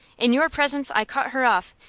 in your presence i cut her off,